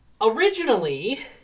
originally